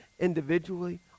individually